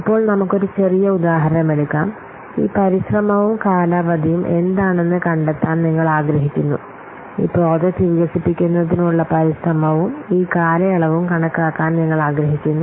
ഇപ്പോൾ നമുക്ക് ഒരു ചെറിയ ഉദാഹരണം എടുക്കാം ഈ പരിശ്രമവും കാലാവധിയും എന്താണെന്ന് കണ്ടെത്താൻ നിങ്ങൾ ആഗ്രഹിക്കുന്നു ഈ പ്രോജക്റ്റ് വികസിപ്പിക്കുന്നതിനുള്ള പരിശ്രമവും ഈ കാലയളവും കണക്കാക്കാൻ നിങ്ങൾ ആഗ്രഹിക്കുന്നു